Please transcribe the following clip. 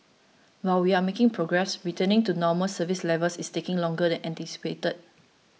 while we are making progress returning to normal service levels is taking longer than anticipated